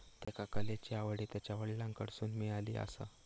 त्येका कलेची आवड हि त्यांच्या वडलांकडसून मिळाली आसा